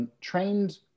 trained